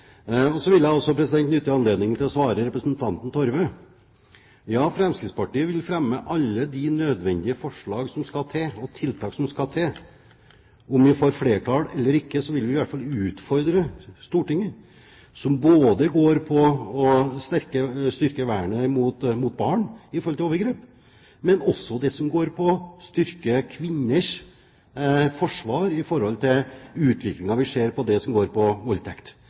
svare representanten Torve. Ja, Fremskrittspartiet vil fremme alle de nødvendige forslag til tiltak som skal til – om vi får flertall eller ikke, så vil vi i hvert fall utfordre Stortinget – som går både på å styrke barns vern mot overgrep, og også på å styrke kvinners forsvar når det gjelder utviklingen vi ser i voldtekt. Der er Fremskrittspartiet villig til å gå langt, og vi håper også at vi i framtiden vil få bredere støtte i